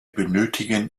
benötigen